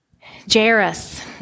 Jairus